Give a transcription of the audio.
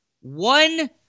One